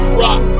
rock